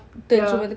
ya